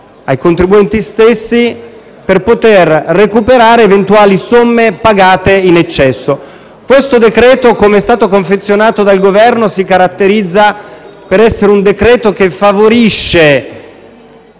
ai contribuenti stessi per poter recuperare eventuali somme pagate in eccesso. Il decreto-legge, così come confezionato dal Governo, si caratterizza per essere un provvedimento che favorisce